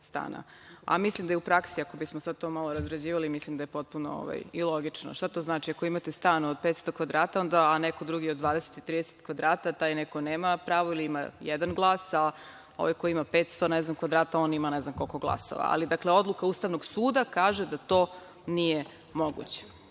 stana. Mislim da je i u praksi, ako bismo sada razrađivali, mislim da je potpuno i logično. Šta to znači? Ako imate stan od 500 kvadrata, a neko drugi od 20,30 kvadrata, taj neko nema pravo ili ima jedan glas, a ovaj ko ima 500 kvadrata, on ima ne zna koliko glasova. Odluka Ustavnog suda kaže da to nije moguće.